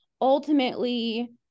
ultimately